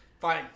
fine